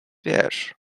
wiesz